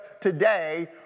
today